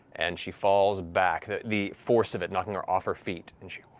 and she falls back, the the force of it knocking her off her feet. and she